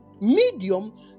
medium